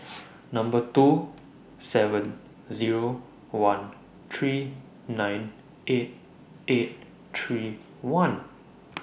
two seven zeroone three nine eight eight three one